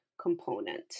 component